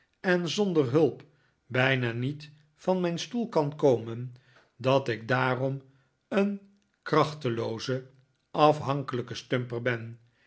en zonder hulp bijna niet van mijn stoel kan komen dat ik daarom een krachtelooze afhankelijke stumper ben